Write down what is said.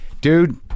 Dude